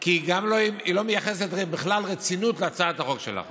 כי היא גם לא מייחסת בכלל רצינות להצעת החוק שלה.